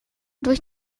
durch